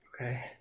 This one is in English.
Okay